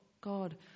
God